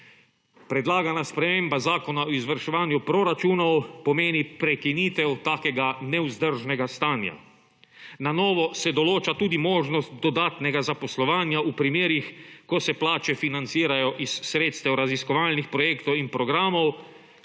Predlagana sprememba zakona o izvrševanju proračunov pomeni prekinitev takega nevzdržnega stanja. Na novo se določa tudi možnost dodatnega zaposlovanja v primerih, ko se plače financirajo iz sredstev raziskovalnih projektov in programov